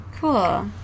Cool